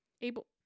able